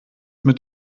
mit